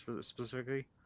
specifically